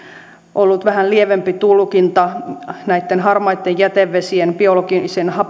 ollut vähän lievempi tulkinta näitten harmaitten jätevesien biologisen